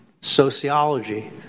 Sociology